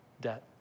debt